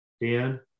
Dan